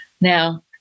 Now